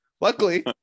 Luckily